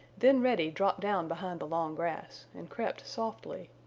then reddy dropped down behind the long grass and crept softly,